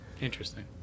Interesting